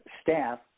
staff